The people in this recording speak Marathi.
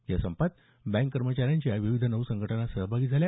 या संपात बँक कर्मचाऱ्यांच्या विविध नऊ संघटना सहभागी झाल्या